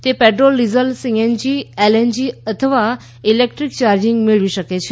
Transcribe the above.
તે petrol diesel CNG LNG અથવા electric charging મેળવી શકે છે